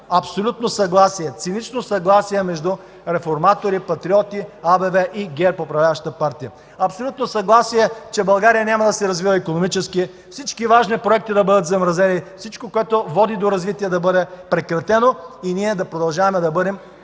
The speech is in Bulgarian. абсолютно съгласие, цинично съгласие между реформатори, патриоти, АБВ и ГЕРБ – управляващата партия. Абсолютно съгласие, че България няма да се развива икономически. Всички важни проекти да бъдат замразени, всичко, което води до развитие, да бъде прекратено и ние да продължаваме да бъдем